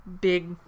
big